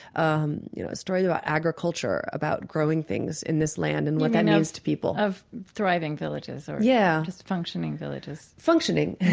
um you know stories about agriculture, about growing things in this land and what that means to people of thriving villages or yeah just functioning villages yeah, functioning,